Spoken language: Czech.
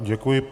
Děkuji.